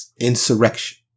insurrection